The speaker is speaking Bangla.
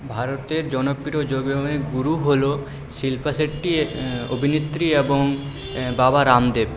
ভারতের জনপ্রিয় যোগব্যায়ামের গুরু হলো শিল্পা শেট্টি অভিনেত্রী এবং বাবা রামদেব